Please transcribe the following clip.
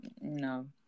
No